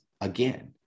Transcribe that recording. again